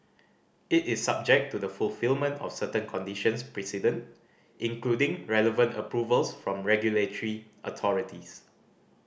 it is subject to the fulfilment of certain conditions precedent including relevant approvals from regulatory authorities